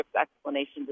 explanation